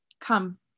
Come